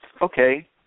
okay